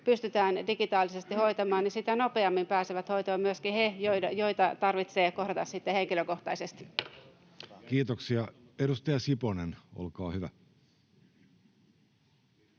pystytään digitaalisesti hoitamaan, sitä nopeammin pääsevät hoitoon myöskin he, jotka tarvitsee kohdata sitten henkilökohtaisesti. [Speech 46] Speaker: